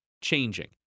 changing